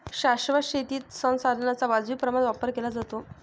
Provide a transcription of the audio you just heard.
शाश्वत शेतीत संसाधनांचा वाजवी प्रमाणात वापर केला जातो